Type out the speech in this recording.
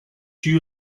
you